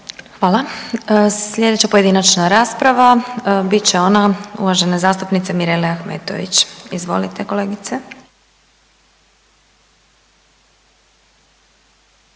Hvala. Slijedeća pojedinačna rasprava bit će ona uvažene zastupnice Mirele Ahmetović, izvolite kolegice.